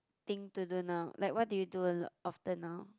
thing to do now like what do you do often now